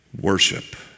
worship